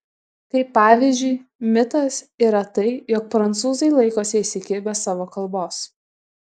kaip pavyzdžiui mitas yra tai jog prancūzai laikosi įsikibę savo kalbos